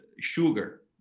sugar